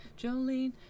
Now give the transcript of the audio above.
Jolene